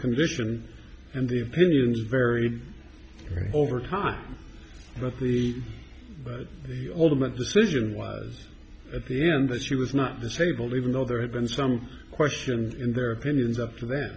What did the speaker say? condition and the opinions vary over time roughly but the ultimate the surgeon was at the end that she was not the stable even though there had been some question in their opinions up to